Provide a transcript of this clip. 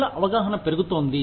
ప్రజల అవగాహన పెరుగుతోంది